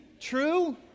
true